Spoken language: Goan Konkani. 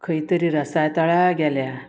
खंय तरी रसातळार गेल्या